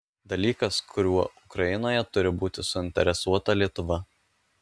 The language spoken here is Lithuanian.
dalykas kuriuo ukrainoje turi būti suinteresuota lietuva